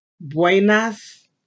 Buenas